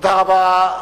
תודה רבה.